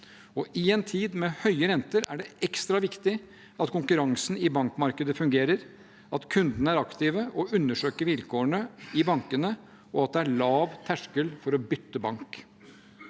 I en tid med høye renter er det ekstra viktig at konkurransen i bankmarkedet fungerer, at kundene er aktive og undersøker vilkårene i bankene, og at det er lav terskel for å bytte bank.